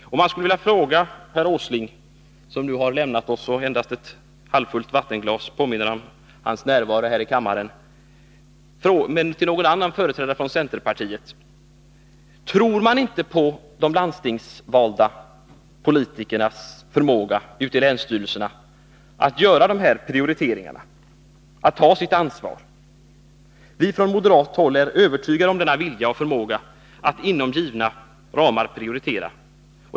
Jag skulle vilja fråga herr Åsling. Men han har nu lämnat kammaren. Endast ett halvfullt vattenglas påminner om hans närvaro här tidigare i dag. Jag får därför vända mig till någon annan företrädare för centerpartiet: Tror man ej på de landstingsvalda politikernas förmåga att i länsstyrelserna göra dessa prioriteringar och ta sitt ansvar? Vi från moderat håll är övertygade om denna vilja och förmåga att inom givna ramar prioritera.